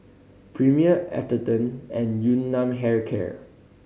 Premier Atherton and Yun Nam Hair Care